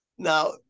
Now